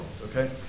okay